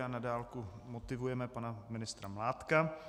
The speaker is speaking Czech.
A na dálku motivujeme pana ministra Mládka.